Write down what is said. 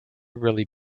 really